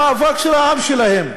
המאבק של העם שלהם,